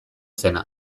zena